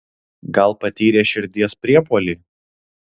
gal patyrė širdies priepuolį